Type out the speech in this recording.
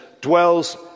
dwells